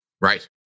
Right